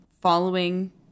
following